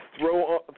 throw